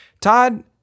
Todd